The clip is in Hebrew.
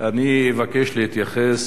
אני אבקש להתייחס,